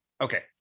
Okay